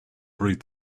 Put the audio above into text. breed